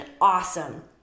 awesome